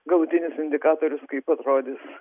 galutinis indikatorius kaip atrodys